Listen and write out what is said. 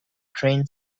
train